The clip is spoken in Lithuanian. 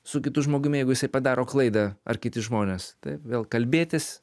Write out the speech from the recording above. su kitu žmogumi jeigu jisai padaro klaidą ar kiti žmonės taip vėl kalbėtis